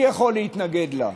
מי יכול להתנגד לה?